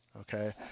Okay